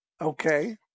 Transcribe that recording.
Okay